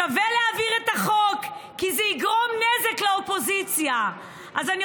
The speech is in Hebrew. שווה להעביר את החוק, כי זה יגרום נזק לאופוזיציה.